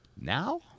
Now